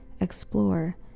explore